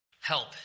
help